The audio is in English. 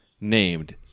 Named